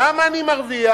כמה אני מרוויח,